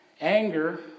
anger